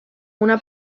una